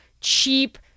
cheap